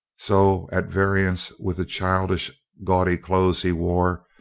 so at variance with the childishly gaudy clothes he wore,